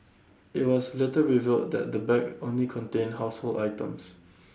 IT was later revealed that the bag only contained household items